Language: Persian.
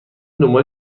دنبال